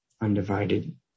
undivided